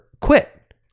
quit